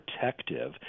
protective